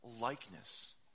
likeness